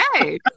okay